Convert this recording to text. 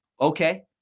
Okay